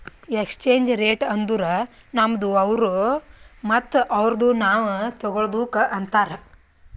exchange rate ಅಂದುರ್ ನಮ್ದು ಅವ್ರು ಮತ್ತ ಅವ್ರುದು ನಾವ್ ತಗೊಳದುಕ್ ಅಂತಾರ್